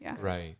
Right